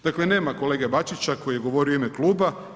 Dakle, nema kolege Bačića koji je govorio u ime kluba.